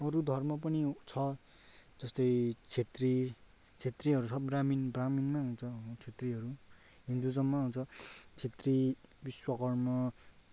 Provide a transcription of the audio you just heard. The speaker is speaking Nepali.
अरू धर्म पनि छ जस्तै छेत्री छेत्रीहरू सब ब्राह्मण ब्राह्मणमै हुन्छ अँ छेत्रीहरू हिन्दुज्ममै आउँछ छेत्री विश्वकर्म